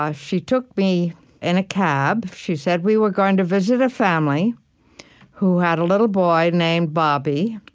ah she took me in a cab. she said we were going to visit a family who had a little boy named bobby,